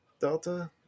Delta